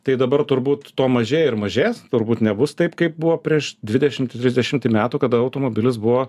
tai dabar turbūt to mažėja ir mažės turbūt nebus taip kaip buvo prieš dvidešim trisdešimtį metų kada automobilis buvo